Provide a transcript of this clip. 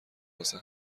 واسه